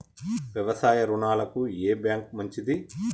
వ్యవసాయ రుణాలకు ఏ బ్యాంక్ మంచిది?